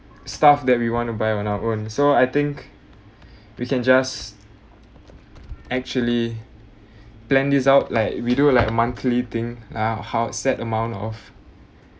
stuff that we want to buy on our own so I think we can just actually plan this out like we do like monthly thing ah how set amount of